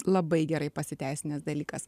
labai gerai pasiteisinęs dalykas